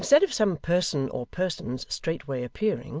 instead of some person or persons straightway appearing,